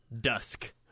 dusk